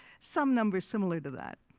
some number similar to that.